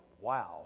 wow